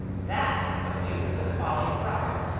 that was due to the folly of robert,